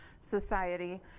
Society